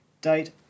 date